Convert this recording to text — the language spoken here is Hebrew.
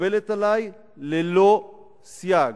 מקובלת עלי ללא סייג,